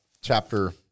chapter